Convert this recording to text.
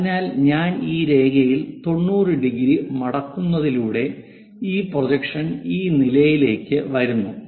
അതിനാൽ ഞാൻ ഈ രേഖയിൽ 90 ഡിഗ്രി മടക്കുന്നതിലൂടെ ഈ പ്രൊജക്ഷൻ ഈ നിലയിലേക്ക് വരുന്നു